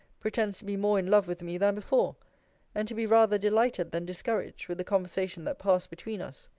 pretends to be more in love with me than before and to be rather delighted than discouraged with the conversation that passed between us.